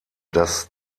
dass